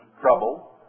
trouble